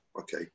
okay